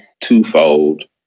twofold